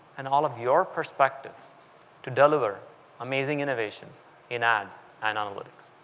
and all of your perspectives to deliver amazing innovations in ads and analytics